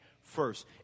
first